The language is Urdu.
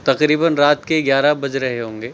تقریباً رات کے گیارہ بج رہے ہونگے